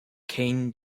king